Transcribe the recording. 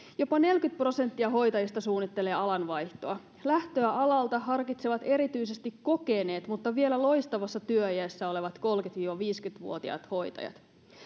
jopa neljäkymmentä prosenttia hoitajista suunnittelee alan vaihtoa lähtöä alalta harkitsevat erityisesti kokeneet mutta vielä loistavassa työiässä olevat kolmekymmentä viiva viisikymmentä vuotiaat hoitajat